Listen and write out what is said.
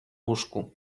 łóżku